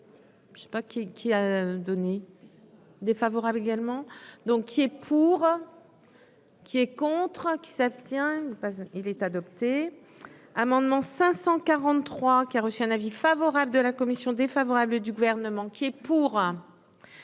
Je sais pas qui, qui a donné défavorable également. Donc, il est pour, qui est contre qui s'abstient parce qu'il est adopté, amendement 543 qui a reçu un avis favorable de la commission défavorable du gouvernement qui est pour,